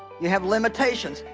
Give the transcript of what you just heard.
you have limitations.